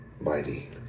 mighty